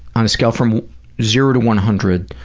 on a scale from zero to one hundred,